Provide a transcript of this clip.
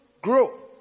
grow